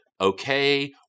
okay